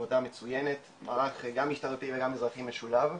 עבודה מצוינת, גם משטרתי וגם אזרחי משולב,